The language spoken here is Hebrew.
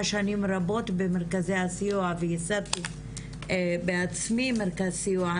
שנים רבות במרכזי הסיוע וייסדתי בעצמי מרכז סיוע,